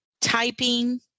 typing